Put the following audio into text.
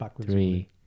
three